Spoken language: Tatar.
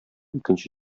икенче